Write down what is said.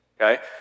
Okay